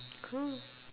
cool